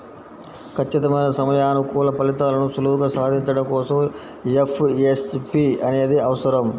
ఖచ్చితమైన సమయానుకూల ఫలితాలను సులువుగా సాధించడం కోసం ఎఫ్ఏఎస్బి అనేది అవసరం